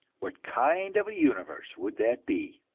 what kind of a universe would that be?